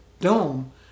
dome